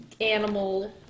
animal